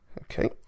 Okay